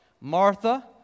Martha